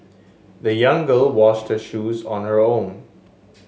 the young girl washed shoes on her own